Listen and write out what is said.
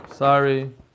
sorry